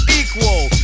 equal